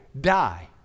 die